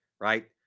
right